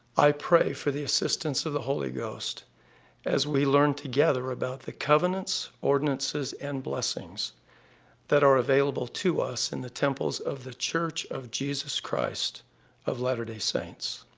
i pray for the assistance of the holy ghost as we learn together about the covenants, ordinances, and blessings that are available to us in the temples of the church of jesus christ of latter-day saints.